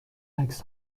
عکس